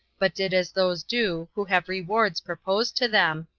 but did as those do who have rewards proposed to them,